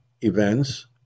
events